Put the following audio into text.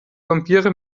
vampire